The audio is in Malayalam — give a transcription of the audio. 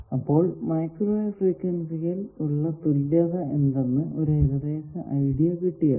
അപ്പോൾ മൈക്രോവേവ് ഫ്രീക്വൻസിയിൽ ഉള്ള തുല്യത എന്തെന്ന് ഒരു ഏകദേശ ഐഡിയ കിട്ടിയല്ലോ